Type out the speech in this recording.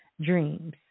dreams